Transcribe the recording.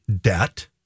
debt